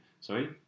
Sorry